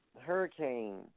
Hurricane